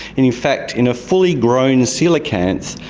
and in fact in a fully grown coelacanth,